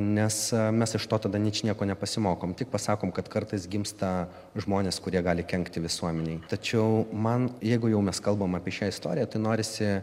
nes mes iš to tada ničnieko nepasimokom tik pasakom kad kartais gimsta žmonės kurie gali kenkti visuomenei tačiau man jeigu jau mes kalbam apie šią istoriją tai norisi